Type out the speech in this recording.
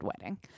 wedding